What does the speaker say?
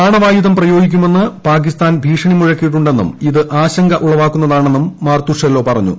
ആണവായുധം പ്രയോഗിക്കുമെന്ന് പാകിസ്ഥാൻ ഭീഷണി മുഴക്കിയിട്ടുണ്ടെന്നും ഇത് ആശങ്ക ഉളവാക്കുന്നതാണെന്നും മർതുഷെല്ലോ പറഞ്ഞൂ